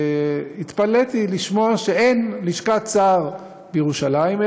והתפלאתי לשמוע שאין לשכת שר בירושלים,